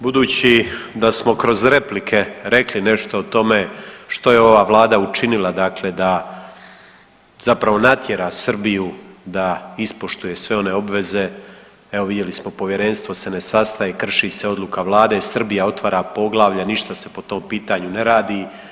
Budući da smo kroz replike rekli nešto o tome što je ova vlada učinila dakle da zapravo natjera Srbiju da ispoštuje sve one obveze, evo vidjeli smo povjerenstvo se ne sastaje, krši se odluka vlade i Srbija otvara poglavlje, ništa se po tom pitanju ne radi.